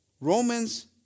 Romans